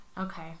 Okay